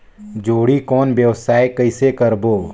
जोणी कौन व्यवसाय कइसे करबो?